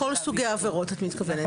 בכל סוגי העבירות את מתכוונת,